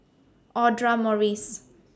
Audra Morrice